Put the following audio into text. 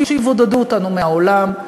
שיבודדו אותנו מהעולם,